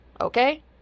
okay